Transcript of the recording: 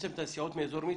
לצמצם את הנסיעות מאזור מצפה,